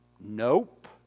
Nope